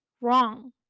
wrong